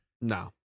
no